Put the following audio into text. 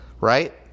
right